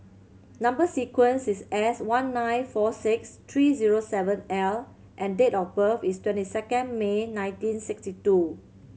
number sequence is S one nine four six three zero seven L and date of birth is twenty second May nineteen sixty two